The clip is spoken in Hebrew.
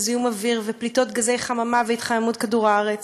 זיהום אוויר ופליטות גזי חממה והתחממות כדור-הארץ.